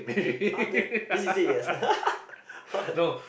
ah the then she said yes what